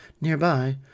nearby